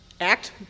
act